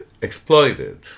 exploited